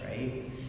right